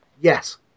Yes